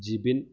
Jibin